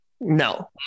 No